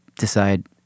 decide